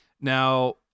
Now